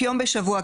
יום בשבוע.